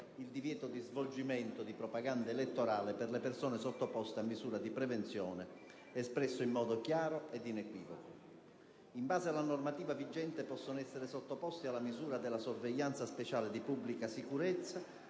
il divieto di svolgimento di propaganda elettorale per le persone sottoposte a misura di prevenzione, espresso in modo chiaro ed inequivoco. In base alla normativa vigente, possono essere sottoposti alla misura della sorveglianza speciale di pubblica sicurezza